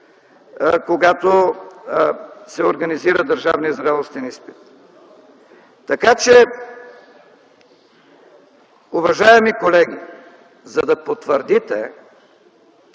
когато се организира държавният зрелостен изпит. Уважаеми колеги, за да потвърдите